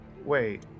Wait